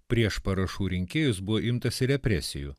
prieš parašų rinkėjus buvo imtasi represijų